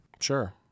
Sure